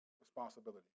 responsibility